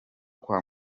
kwa